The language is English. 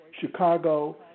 Chicago